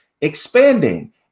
expanding